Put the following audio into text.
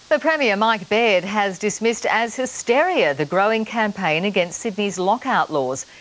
the premier mike baird has dismissed as hysteria the growing campaign against sydney's lockout laws.